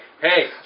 hey